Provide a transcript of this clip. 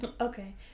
Okay